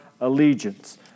allegiance